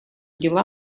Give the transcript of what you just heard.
дела